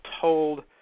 told